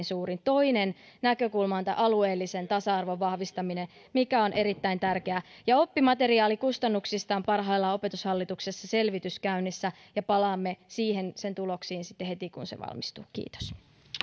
suurin toinen näkökulma on tämän alueellisen tasa arvon vahvistaminen mikä on erittäin tärkeää oppimateriaalikustannuksista on parhaillaan opetushallituksessa selvitys käynnissä ja palaamme sen tuloksiin sitten heti kun se valmistuu kiitos